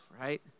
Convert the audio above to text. right